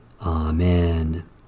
Amen